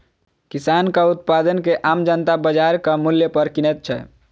किसानक उत्पाद के आम जनता बाजारक मूल्य पर किनैत छै